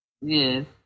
Yes